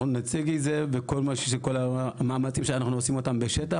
אנחנו נציג את זה ואת כל המאמצים שאנחנו עושים בשטח.